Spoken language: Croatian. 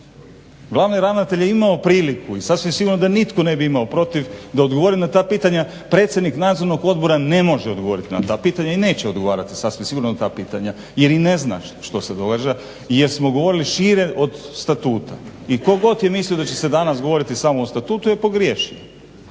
Glavni ravnatelj je imao priliku i sasvim sigurno da nitko ne bi imao protiv da odgovori na ta pitanja. Predsjednik nadzornog odbora ne može odgovarati na ta pitanja i neće odgovarati sasvim sigurno na ta pitanja jer i ne zna što se događa jer smo govorili šire od statuta. I tko god je mislio da će se danas govoriti samo o statutu je pogriješio.